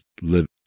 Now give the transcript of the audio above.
live